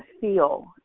feel